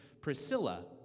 Priscilla